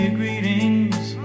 greetings